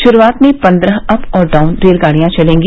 शुरुआत में पंद्रह अप और डाउन रेलगाड़ियां चलेंगी